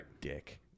dick